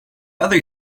other